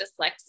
dyslexia